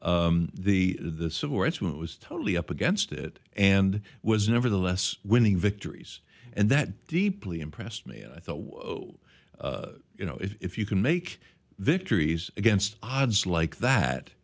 the civil rights what was totally up against it and was nevertheless winning victories and that deeply impressed me and i thought you know if you can make victories against odds like that